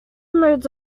modes